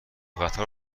قطار